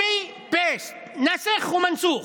נאסח' ומנסוח'.